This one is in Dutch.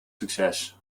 succes